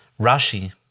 Rashi